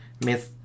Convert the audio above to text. Miss